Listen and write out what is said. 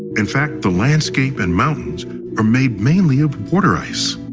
in fact, the landscape and mountains are made mainly of water ice.